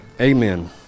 Amen